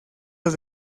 las